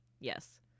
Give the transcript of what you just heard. yes